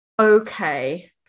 okay